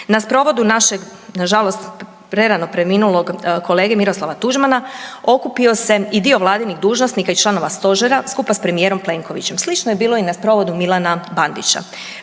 na sprovodu našeg nažalost prerano preminulog kolege Miroslava Tuđmana, okupio se i dio Vladinih dužnosnika i članova Stožera skupa s premijerom Plenkovićem. Slično je bilo i na sprovodu Milana Bandića.